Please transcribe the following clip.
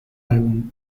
álbum